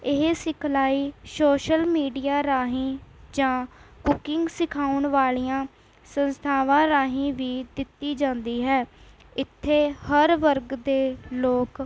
ਇਹ ਸਿਖਲਾਈ social media ਰਾਹੀਂ ਜਾਂ ਕੂਕਿੰਗ ਸਿਖਾਉਣ ਵਾਲ਼ੀਆਂ ਸੰਸਥਾਵਾਂ ਰਾਹੀਂ ਵੀ ਦਿੱਤੀ ਜਾਂਦੀ ਹੈ ਇੱਥੇ ਹਰ ਵਰਗ ਦੇ ਲੋਕ